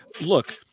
look